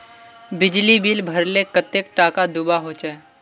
बिजली बिल भरले कतेक टाका दूबा होचे?